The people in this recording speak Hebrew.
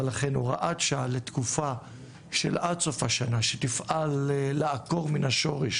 לכן הוראת שעה לתקופה של עד סוף השנה שתפעל לעקור מן השורש